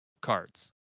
cards